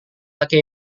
laki